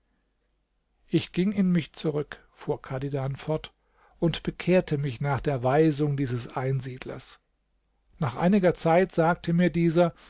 ich ging in mich zurück fuhr chadidan fort und bekehrte mich nach der weisung dieses einsiedlers nach einiger zeit sagte mir dieser